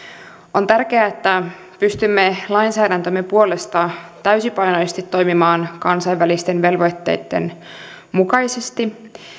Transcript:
on tärkeää että pystymme lainsäädäntömme puolesta täysipainoisesti toimimaan kansainvälisten velvoitteitten mukaisesti